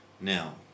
Now